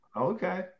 Okay